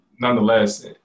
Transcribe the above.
nonetheless